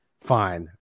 fine